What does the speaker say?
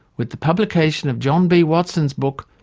with the publication of john b watson's book,